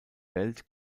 welt